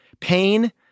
Pain